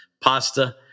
pasta